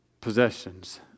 possessions